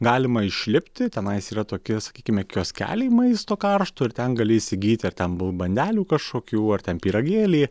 galima išlipti tenais yra tokie sakykime kioskeliai maisto karšto ir ten gali įsigyti ar ten buvo bandelių kažkokių ar ten pyragėlį